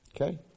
Okay